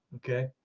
okay.